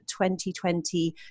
2020